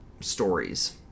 stories